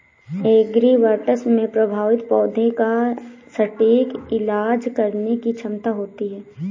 agribots में प्रभावित पौधे का सटीक इलाज करने की क्षमता होती है